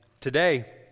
today